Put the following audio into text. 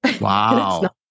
Wow